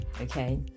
Okay